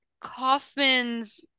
Kaufman's